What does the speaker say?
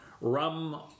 rum